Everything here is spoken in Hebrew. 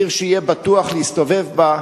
עיר שיהיה בטוח להסתובב בה,